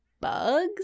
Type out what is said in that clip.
bugs